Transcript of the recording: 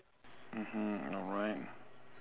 mmhmm alright